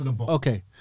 Okay